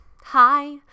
Hi